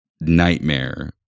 nightmare